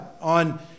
on